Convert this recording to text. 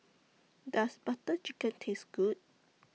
Does Butter Chicken Taste Good